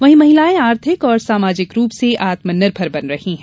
वहीं महिलाएं आर्थिक और सामाजिक रूप से आत्मनिर्भर बन रही है